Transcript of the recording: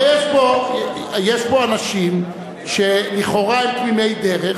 הרי יש פה אנשים שלכאורה הם תמימי דרך,